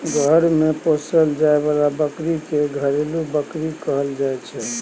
घर मे पोसल जाए बला बकरी के घरेलू बकरी कहल जाइ छै